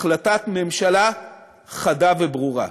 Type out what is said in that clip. בהחלטת ממשלה חדה וברורה.